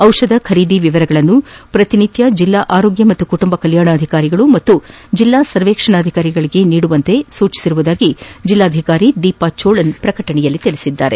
ದಿಷಧ ಖರೀದಿ ವಿವರಗಳನ್ನು ಪ್ರತಿದಿನ ಜಿಲ್ಲಾ ಆರೋಗ್ಯ ಮತ್ತು ಕುಟುಂಬ ಕಲ್ಯಾಣಾಧಿಕಾರಿಗಳು ಹಾಗೂ ಜಿಲ್ಲಾ ಸರ್ವೇಕ್ಷಣಾಧಿಕಾರಿಗಳಿಗೆ ನೀಡುವಂತೆ ಸೂಚಿಸಿರುವುದಾಗಿ ಜಿಲ್ಲಾಧಿಕಾರಿ ದೀಪಾ ಜೋಳನ್ ಪ್ರಕಟಣೆಯಲ್ಲಿ ತಿಳಿಸಿದ್ದಾರೆ